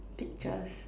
pictures